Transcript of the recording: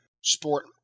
sport